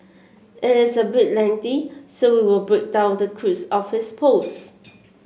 it is a bit lengthy so we will break down the crux of his post